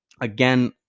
again